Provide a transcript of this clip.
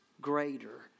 greater